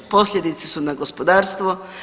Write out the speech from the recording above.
Posljedice su na gospodarstvo.